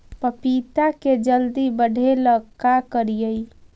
पपिता के जल्दी बढ़े ल का करिअई?